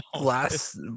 Last